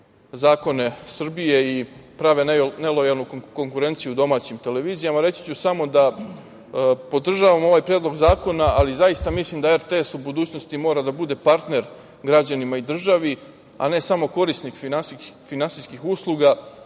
zakone Srbije i prave nelojalnu konkurenciju domaćim televizijama. Reći ću samo da podržavam ovaj Predlog zakona, ali zaista mislim da RTS u budućnosti mora da bude partner građanima i državi, a ne samo korisnik finansijskih usluga